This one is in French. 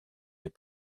les